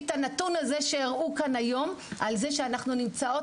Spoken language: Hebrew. את הנתון הזה שהראו כאן היום על כך שאנחנו נמצאות